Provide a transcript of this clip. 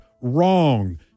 wrong